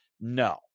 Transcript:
no